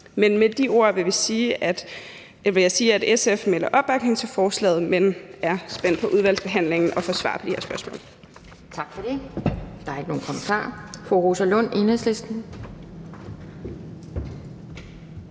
Men med de ord vil jeg sige, at SF melder opbakning til forslaget, men er spændt på i udvalgsbehandlingen at få svar på de her spørgsmål.